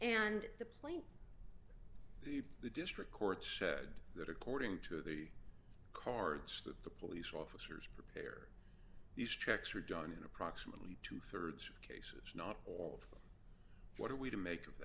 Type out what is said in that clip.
and the plane the district court said that according to the cards that the police officers prepare these checks are done in approximately two thirds cases not all what are we to make of